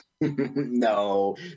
No